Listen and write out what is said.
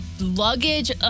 luggage